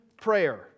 prayer